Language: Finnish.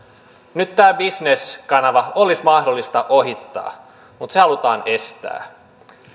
nyt tämä bisneskanava olisi mahdollista ohittaa mutta se halutaan estää